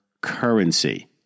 currency